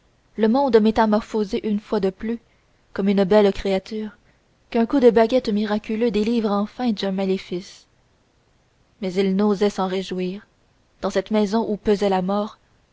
le monde métamorphosé une fois de plus comme une belle créature qu'un coup de baguette miraculeuse délivre enfin d'un maléfice mais ils n'osaient s'en réjouir dans cette maison où pesait la mort